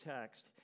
text